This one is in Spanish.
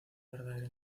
verdadera